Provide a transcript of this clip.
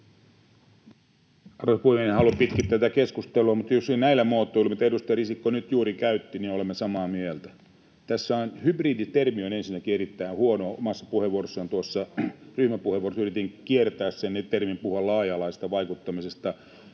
Arvoisa puhemies! En halua pitkittää tätä keskustelua, mutta näillä muotoiluilla, mitä edustaja Risikko nyt juuri käytti, olemme samaa mieltä. Hybridi-termi on ensinnäkin erittäin huono. Omassa ryhmäpuheenvuorossani yritin kiertää sen termin ja puhua laaja-alaisesta vaikuttamisesta.